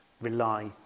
Rely